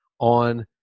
on